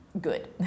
good